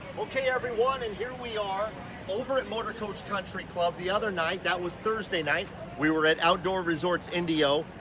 okay, every one, and here we are over at motorcoach country club. the other night, that was thursday night. we were at outdoor resorts indio.